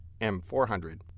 M400